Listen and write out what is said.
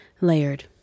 layered